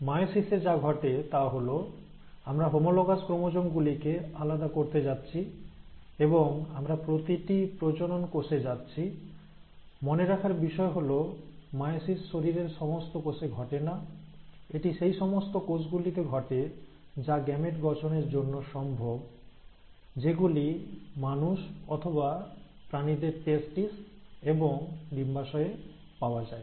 মিয়োসিসে বিভাজনে যা ঘটে তা হল আমরা হোমোলোগাস ক্রোমোজোম গুলিকে আলাদা করতে যাচ্ছি এবং আমরা প্রতিটি প্রজনন কোষে যাচ্ছি মনে রাখার বিষয় হল মায়োসিস বিভাজন শরীরের সমস্ত কোষে ঘটে না এটি সেই সমস্ত কোষ গুলিতে ঘটে যা গ্যামেট গঠনের জন্য সম্ভব যেগুলি মানুষ অথবা প্রাণীদের টেস্টিস এবং ডিম্বাশয়ের পাওয়া যায়